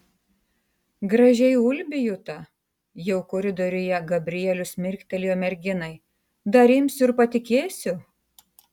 gražiai ulbi juta jau koridoriuje gabrielius mirktelėjo merginai dar imsiu ir patikėsiu